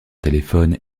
téléphone